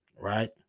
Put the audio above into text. right